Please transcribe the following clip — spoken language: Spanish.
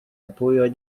apoyo